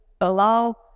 allow